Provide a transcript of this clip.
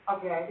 Okay